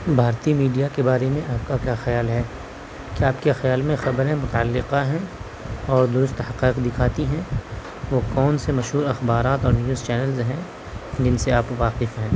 بھارتی میڈیا کے بارے میں آپ کا کیا خیال ہے کیا آپ کے خیال میں خبریں متعلقہ ہیں اور درست حقائق دکھاتی ہیں وہ کون سے مشہور اخبارات اور نیوز چینل ہیں جن سے آپ واقف ہیں